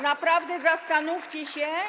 Naprawdę zastanówcie się.